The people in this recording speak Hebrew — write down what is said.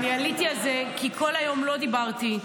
עליתי על זה כי כל היום לא דיברתי.